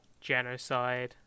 genocide